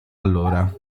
allora